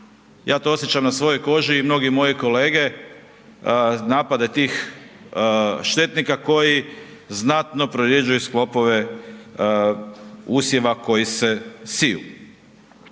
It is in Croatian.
Ja to osjećam na svojoj koži i mnogi moji kolege napade tih štetnika koji znatno prorjeđuje sklopove usjeva koji se siju.